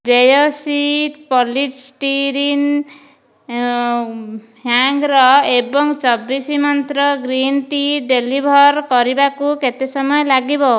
ଜେୟସୀ polystyrene hanger ଏବଂ ଚବିଶ ମନ୍ତ୍ର ଗ୍ରୀନ୍ ଟି ଡେଲିଭର୍ କରିବାକୁ କେତେ ସମୟ ଲାଗିବ